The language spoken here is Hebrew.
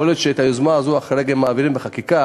יכול להיות שאת היוזמה הזאת כרגע מעבירים בחקיקה,